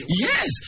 Yes